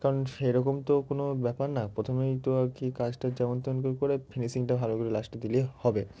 কারণ সেরকম তো কোনো ব্যাপার না প্রথমেই তো আর কি কাজটা যেমন তেমন করে করে ফিনিশিংটা ভালো করে লাস্টে দিলেই হবে